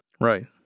Right